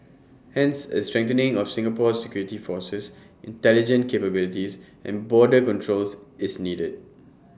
hence A strengthening of Singapore's security forces intelligence capabilities and border controls is needed